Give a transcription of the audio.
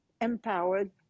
empowered